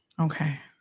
Okay